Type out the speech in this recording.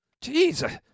Jesus